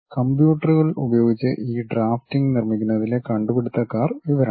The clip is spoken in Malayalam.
കമ്പ്യൂട്ടറുകൾ ഉപയോഗിച്ച് ഈ ഡ്രാഫ്റ്റിംഗ് നിർമ്മിക്കുന്നതിലെ കണ്ടുപിടുത്തക്കാർ ഇവരാണ്